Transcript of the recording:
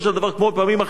כמו בפעמים אחרות,